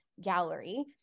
Gallery